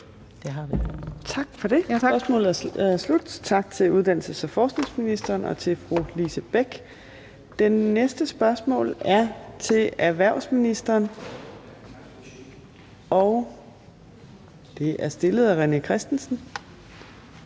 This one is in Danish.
Tak for det. Spørgsmålet er slut. Tak til uddannelses- og forskningsministeren og til fru Lise Bech. Det næste spørgsmål er til erhvervsministeren. Det er spørgsmål nr.